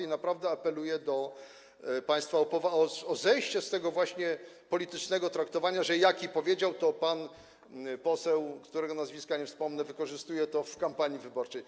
I naprawdę apeluję do państwa o odejście od tego właśnie politycznego traktowania: Jaki powiedział, to pan poseł, którego nazwiska nie wspomnę, wykorzystuje to w kampanii wyborczej.